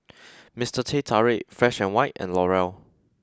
Mister Teh Tarik fresh and white and L'Oreal